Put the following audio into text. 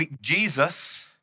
Jesus